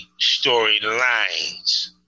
storylines